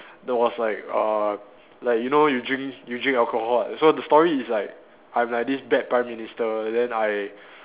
there was like a like you know you drink you drink alcohol what so the story is like I'm like this bad prime minister and then I